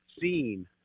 seen